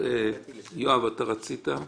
יואב בבקשה.